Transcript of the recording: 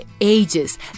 ages